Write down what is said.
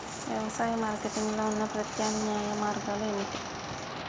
వ్యవసాయ మార్కెటింగ్ లో ఉన్న ప్రత్యామ్నాయ మార్గాలు ఏమిటి?